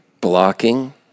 blocking